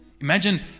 Imagine